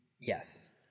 Yes